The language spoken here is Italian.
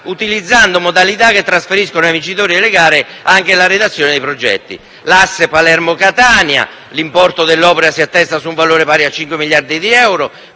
utilizzando modalità che trasferiscono ai vincitori delle gare anche la redazione dei progetti. Per l'asse Palermo-Catania l'importo dell'opera si attesta su un valore pari a 5 miliardi di euro